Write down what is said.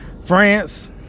France